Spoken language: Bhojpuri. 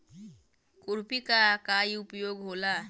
खुरपी का का उपयोग होला?